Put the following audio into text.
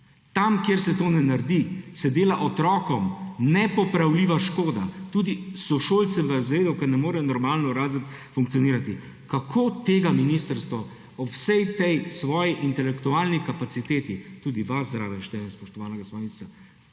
Tam, kjer se to ne naredi, se dela otrokom nepopravljiva škoda. Tudi sošolcem v razredu, ker ne more normalno razred funkcionirati. Kako ministrstvo ob vsej tej svoji intelektualni kapaciteti, tudi vas zraven štejem, spoštovana gospa